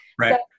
right